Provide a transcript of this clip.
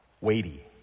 weighty